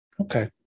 Okay